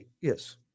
Yes